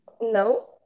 No